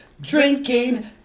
drinking